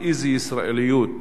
על איזו 'ישראליות'